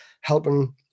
helping